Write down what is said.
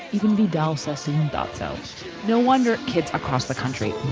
even vidal sassoon and themselves no wonder kids across the country